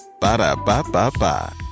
Ba-da-ba-ba-ba